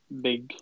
big